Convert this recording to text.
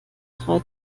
drei